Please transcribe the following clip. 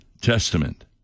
Testament